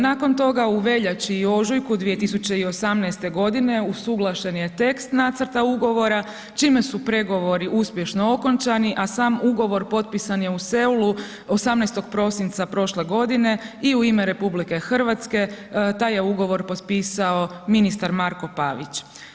Nakon toga, u veljači i ožujku 2018. godine usuglašen je tekst nacrta ugovora čime su pregovori uspješno okončani, a sam ugovor potpisan je u Seulu 18. prosinca prošle godine i u ime RH taj je ugovor potpisao ministar Marko Pavić.